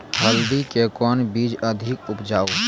हल्दी के कौन बीज अधिक उपजाऊ?